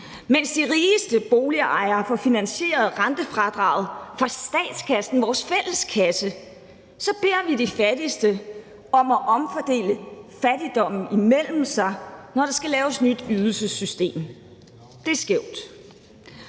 Mens de rigeste boligejere får finansieret rentefradraget fra statskassen – vores fælles kasse – så beder vi de fattigste om at omfordele fattigdommen imellem sig, når der skal laves et nyt ydelsessystem. Det er skævt.